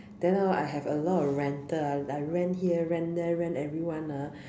then hor I have a lot of rental ah like rent here rent there rent everyone ah